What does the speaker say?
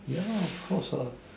ya of course what